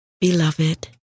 Beloved